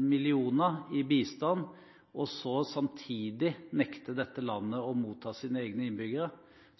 millioner i bistand, samtidig som dette landet nekter å ta imot sine egne innbyggere.